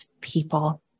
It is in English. people